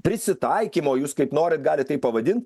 prisitaikymo jūs kaip norit galit taip pavadint